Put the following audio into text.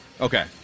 Okay